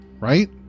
right